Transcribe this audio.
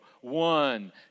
one